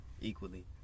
equally